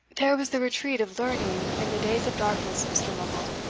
there was the retreat of learning in the days of darkness, mr. lovel!